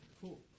Cool